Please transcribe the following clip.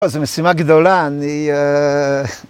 זה משימה גדולה, אני...